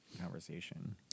conversation